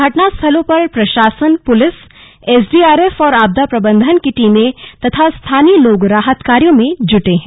घटना स्थलों पर प्रशासन पुलिस एसडीआरएफ और आपदा प्रबन्धन की टीमें तथा स्थानीय लोग राहत कार्यो में जुटे हैं